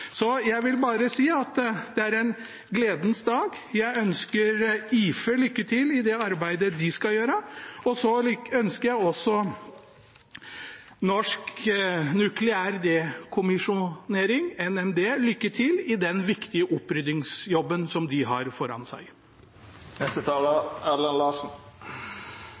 Jeg vil bare si at det er en gledens dag. Jeg ønsker IFE lykke til i det arbeidet de skal gjøre, og jeg ønsker også Norsk nukleær dekommisjonering, NND, lykke til i den viktige oppryddingsjobben som de har foran seg.